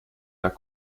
der